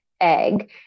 egg